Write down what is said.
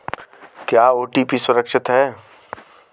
क्या ओ.टी.पी सुरक्षित है?